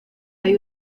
hay